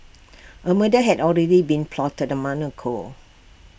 A murder had already been plotted A month ago